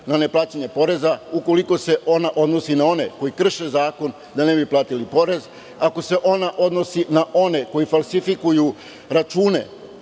za ne plaćanje poreza ukoliko se ona odnosi na one koji krše zakon da ne bi platili porez, ako se ona odnosi na one koji falsifikuju račune